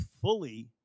fully